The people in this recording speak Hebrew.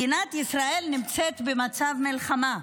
מדינת ישראל נמצאת במצב מלחמה.